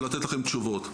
לתת לכם תשובות".